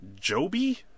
Joby